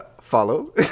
follow